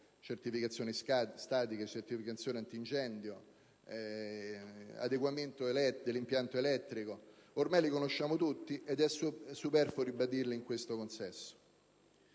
certificazioni (statiche, antincendio o di adeguamento degli impianti elettrici), ormai li conosciamo tutti ed è superfluo ribadirli in questo consesso.